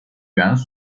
元素